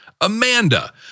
Amanda